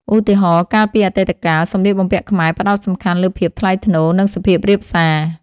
ឧទាហរណ៍ កាលពីអតីតកាល សម្លៀកបំពាក់ខ្មែរផ្តោតសំខាន់លើភាពថ្លៃថ្នូរ និងសុភាពរាបសារ។